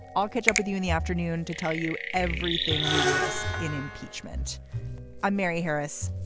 i'll catch up with you in the afternoon to tell you everything you missed in impeachment i'm mary harris.